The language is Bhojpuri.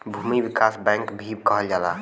भूमि विकास बैंक भी कहल जाला